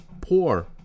poor